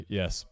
yes